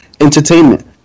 entertainment